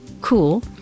cool